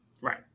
Right